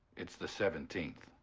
it's the seventeenth.